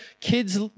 kids